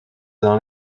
dans